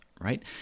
right